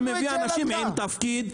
אתה מביא אנשים עם תפקיד,